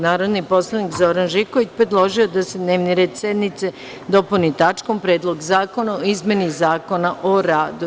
Narodni poslanik Zoran Živković predložio je da se dnevni red sednice dopuni tačkom Predlog zakona o izmeni Zakona o radu.